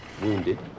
wounded